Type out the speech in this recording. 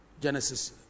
Genesis